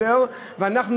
אבל מה לעשות,